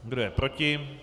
Kdo je proti?